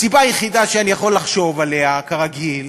הסיבה היחידה שאני יכול לחשוב עליה, כרגיל,